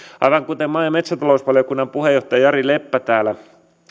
aivan kuten maa ja metsätalousvaliokunnan puheenjohtaja jari leppä täällä